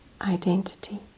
identity